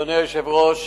אדוני היושב-ראש,